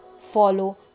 follow